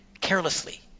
carelessly